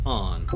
on